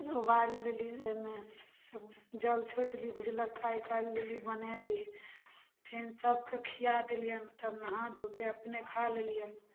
उबालि देली ओहिमे जल छोड़ि देली भुजला खाइकालमे देली बनेली फिर सबके खिया देलियन तब नहा धोके अपने खाऽ लेलियन